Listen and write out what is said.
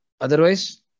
Otherwise